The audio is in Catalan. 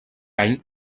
any